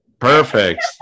perfect